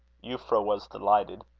euphra was delighted.